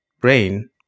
brain